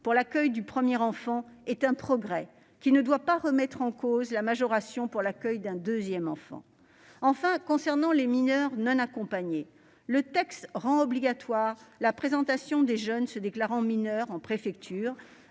pour l'accueil du premier enfant constitue un progrès qui ne doit pas remettre en cause la majoration pour l'accueil d'un deuxième enfant. Enfin, pour ce qui concerne les mineurs non accompagnés, ce texte rend obligatoire la présentation des jeunes se déclarant mineurs en préfecture,